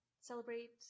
celebrate